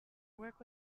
work